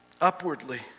upwardly